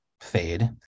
fade